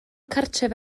cartref